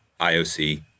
IOC